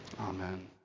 Amen